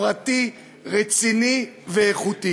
לפני שאני אציג את החוק,